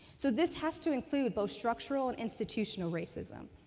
so this has to include both structural and institutional racism.